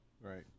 Right